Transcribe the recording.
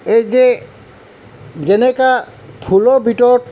এই যে যেনেকৈ ফুলৰ ভিতৰত